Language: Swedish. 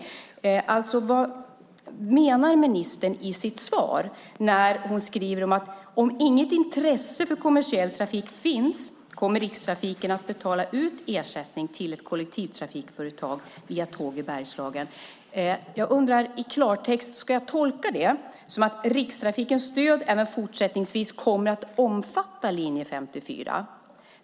Vad menar ministern när hon skriver i svaret att om inget intresse för kommersiell trafik finns kommer Rikstrafiken att betala ut ersättning till ett kollektivtrafikföretag via Tåg i Bergslagen? Jag undrar i klartext om jag ska tolka det så att Rikstrafikens stöd även fortsättningsvis kommer att omfatta linje 54.